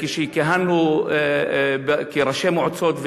כשכיהנו כראשי מועצות,